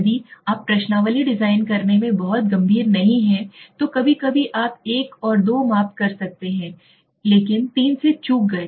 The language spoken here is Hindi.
यदि आप प्रश्नावली डिजाइन करने में बहुत गंभीर नहीं हैं तो कभी कभी आप 1 और 2 माप सकते हैं लेकिन 3 से चूक गए